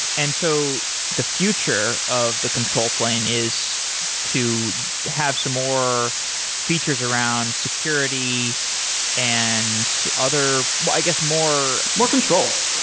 and so the future of the control plane is to have some more features around security and other i guess more more control.